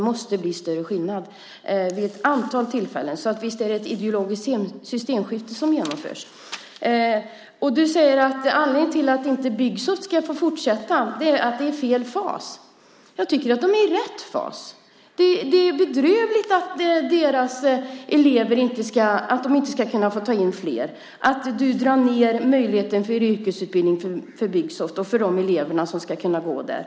Visst är det ett ideologiskt systemskifte som genomförs. Du säger att anledningen till att Byggsoft inte ska få fortsätta är att det är i fel fas. Jag tycker att det är i rätt fas. Det är bedrövligt att man inte ska få ta in fler elever och att du drar ned möjligheten till yrkesutbildning vid Byggsoft och för de elever som skulle kunna gå där.